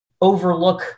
overlook